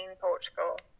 Portugal